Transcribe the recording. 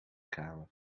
kamer